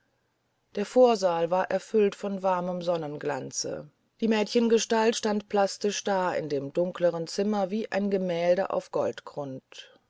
der vorsaal war erfüllt von warmem sonnenglanze die mädchengestalt stand plastisch da in dem dunkleren zimmer wie ein gemälde auf